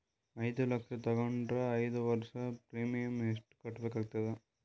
ಐದು ಲಕ್ಷ ತಗೊಂಡರ ಐದು ವರ್ಷದ ಪ್ರೀಮಿಯಂ ಎಷ್ಟು ಕಟ್ಟಬೇಕಾಗತದ?